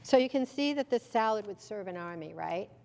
so you can see that the salad would serve an army right